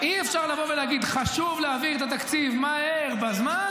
אי-אפשר לבוא ולהגיד: חשוב להעביר את התקציב מהר בזמן,